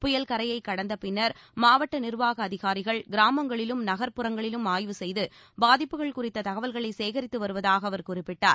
புயல் கரையைக் கடந்த பின்னர் மாவட்ட நிர்வாக அதிகாரிகள் கிராமங்களிலும் நகர்ப்புறங்களிலும் ஆய்வு செய்து பாதிப்புகள் குறித்த தகவல்களை சேகரித்து வருவதாக அவர் குறிப்பிட்டார்